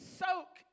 soak